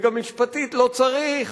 וגם משפטית לא צריך.